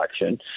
election